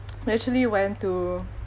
we actually went to